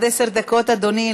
עד עשר דקות, אדוני.